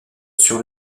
sur